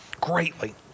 greatly